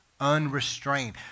Unrestrained